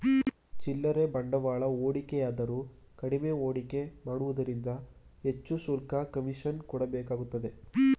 ಚಿಲ್ಲರೆ ಬಂಡವಾಳ ಹೂಡಿಕೆದಾರರು ಕಡಿಮೆ ಹೂಡಿಕೆ ಮಾಡುವುದರಿಂದ ಹೆಚ್ಚು ಶುಲ್ಕ, ಕಮಿಷನ್ ಕೊಡಬೇಕಾಗುತ್ತೆ